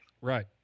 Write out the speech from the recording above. Right